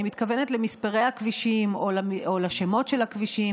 אני מתכוונת למספרי הכבישים או לשמות הכבישים.